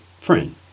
friend